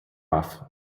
off